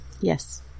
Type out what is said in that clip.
Yes